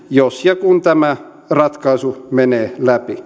jos ja kun tämä ratkaisu menee läpi